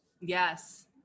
yes